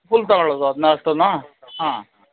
full ತಗೊಳೋದಾ ಅದನ್ನ ಅಷ್ಟನ್ನು ಹಾಂ